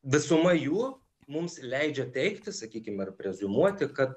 visuma jų mums leidžia teikti sakykim ar preziumuoti kad